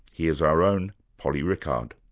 here's our own polly rickard.